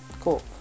Cool